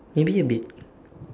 maybe a bit